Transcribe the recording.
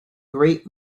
great